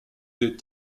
des